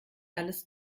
alles